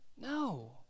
No